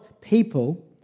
people